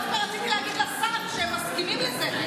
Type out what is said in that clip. דווקא רציתי להגיד לשר שהם מסכימים לזה,